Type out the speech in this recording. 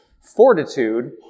fortitude